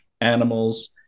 animals